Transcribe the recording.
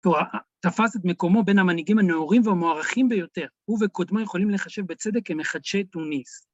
תואר תפס את מקומו בין המנהיגים הנוערים והמוערכים ביותר. הוא וקודמו יכולים להיחשב בצדק כמחדשי תוניס.